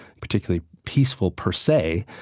particularly peaceful per se.